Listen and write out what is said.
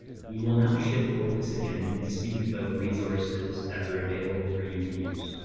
we will now shift focus again and speak about resources that are available for you to use.